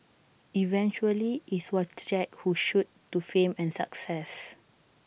eventually IT was Jake who shot to fame and success